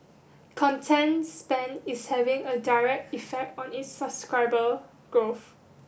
content spend is having a direct effect on its subscriber growth